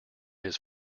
his